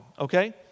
okay